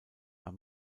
war